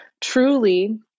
truly